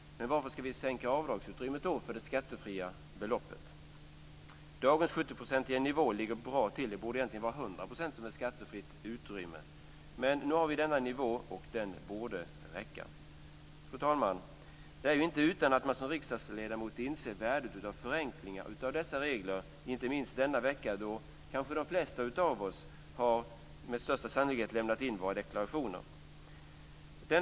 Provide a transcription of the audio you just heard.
Men varför skall vi då sänka avdragsutrymmet för det skattefria beloppet? Dagens 70-procentiga nivå ligger bra till. Det borde egentligen vara 100 % som är skattefritt utrymme, men nu har vi denna nivå, och den borde räcka. Fru talman! Det är ju inte utan att man som riksdagsledamot inser värdet av förenklingar av dessa regler, inte minst denna vecka då de flesta av oss med största sannolikhet lämnat in våra deklarationer.